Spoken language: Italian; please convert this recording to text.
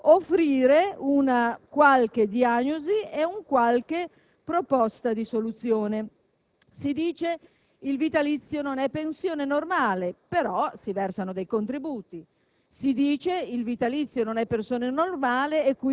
impegno intellettuale, impegno propositivo, offrire una qualche diagnosi e una qualche proposta di soluzione. Si dice che il vitalizio non è pensione normale: però si versano dei contributi;